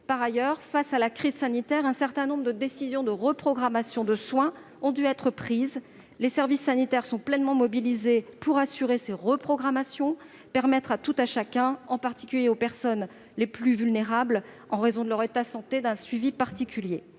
Par ailleurs, face à la crise sanitaire, un certain nombre de décisions de reprogrammation de soins ont dû être prises. Les services sanitaires sont pleinement mobilisés pour assurer ces reprogrammations et permettre à tout un chacun, en particulier aux personnes les plus vulnérables, en raison de leur état de santé, de bénéficier d'un suivi particulier.